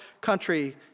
country